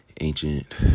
ancient